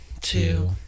two